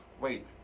wait